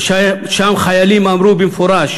ושם חיילים אמרו במפורש